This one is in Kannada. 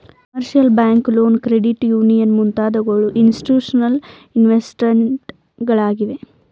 commercial bank loan, credit union ಮುಂತಾದವು ಇನ್ಸ್ತಿಟ್ಯೂಷನಲ್ ಇನ್ವೆಸ್ಟರ್ಸ್ ಗಳಾಗಿವೆ